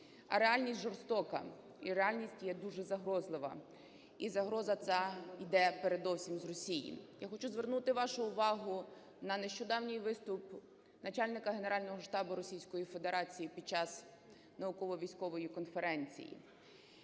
А реальність жорстока і реальність є дуже загрозлива, і загроза ця йде передовсім з Росії. Я хочу звернути вашу увагу на нещодавній виступ начальника Генерального штабу Російської Федерації під час науково-військової конференції,